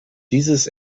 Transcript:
dieses